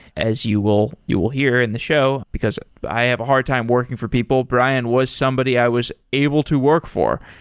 as you will you will hear in the show, because i have a hard time working for people. brian was somebody i was able to work for.